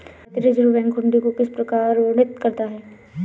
भारतीय Reserve Bank हुंडी को किस प्रकार वर्णित करता है?